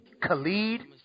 khalid